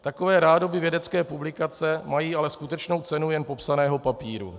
Takové rádoby vědecké publikace mají ale skutečnou cenu jen popsaného papíru.